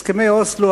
הסכמי אוסלו,